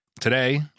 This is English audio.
Today